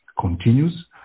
continues